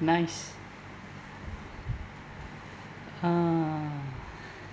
nice uh